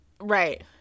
Right